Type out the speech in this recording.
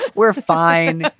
but we're fine.